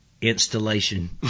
installation